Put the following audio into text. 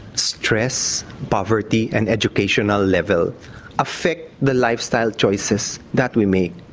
stress, poverty and educational level affect the lifestyle choices that we make.